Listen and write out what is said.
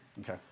Okay